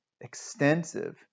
extensive